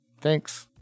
Thanks